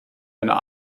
einer